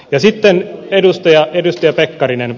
sitten edustaja pekkarinen